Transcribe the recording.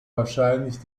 wahrscheinlich